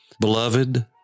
Beloved